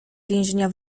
więzienia